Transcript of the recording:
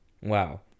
Wow